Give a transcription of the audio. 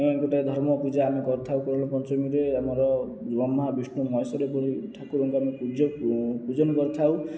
ଗୋଟେ ଧର୍ମ ପୂଜା ଆମେ କରିଥାଉ କୁରାଳ ପଞ୍ଚମୀରେ ଆମର ବ୍ରହ୍ମା ବିଷ୍ଣୁ ମହେଶ୍ୱରୀ ପୁରୀ ଠାକୁରଙ୍କୁ ଆମେ ପୂଜ୍ୟ ପୂଜନ କରିଥାଉ